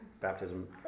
Baptism